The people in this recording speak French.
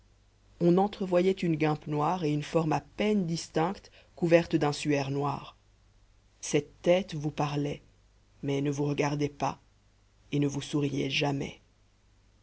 on entrevoyait une guimpe noire et une forme à peine distincte couverte d'un suaire noir cette tête vous parlait mais ne vous regardait pas et ne vous souriait jamais